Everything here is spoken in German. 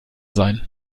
sein